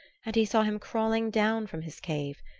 and he saw him crawling down from his cave,